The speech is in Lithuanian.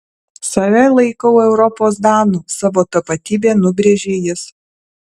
save laikau europos danu savo tapatybę nubrėžė jis